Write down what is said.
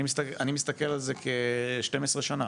אני מסתכל על זה כ-12 שנים.